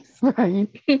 Right